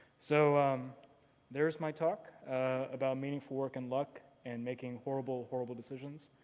so there's my talk about meaningful work and luck and making horrible, horrible decisions.